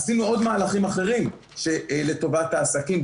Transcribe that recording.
עשינו עוד מהלכים אחרים לטובת העסקים,